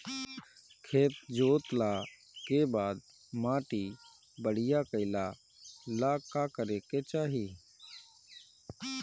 खेत जोतला के बाद माटी बढ़िया कइला ला का करे के चाही?